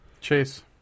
Chase